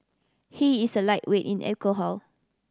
he is a lightweight in alcohol